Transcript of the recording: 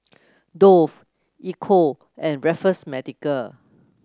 Dove Ecco and Raffles Medical